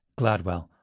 Gladwell